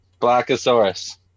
Blackosaurus